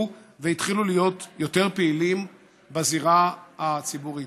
והתחילו להיות יותר פעילים בזירה הציבורית.